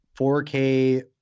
4k